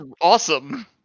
awesome